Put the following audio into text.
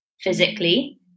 physically